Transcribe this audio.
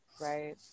Right